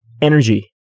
energy